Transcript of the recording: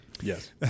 Yes